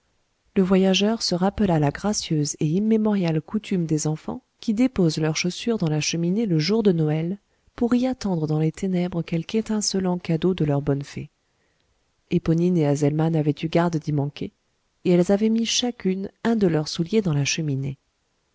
le voyageur se rappela la gracieuse et immémoriale coutume des enfants qui déposent leur chaussure dans la cheminée le jour de noël pour y attendre dans les ténèbres quelque étincelant cadeau de leur bonne fée éponine et azelma n'avaient eu garde d'y manquer et elles avaient mis chacune un de leurs souliers dans la cheminée